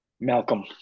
Malcolm